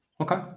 okay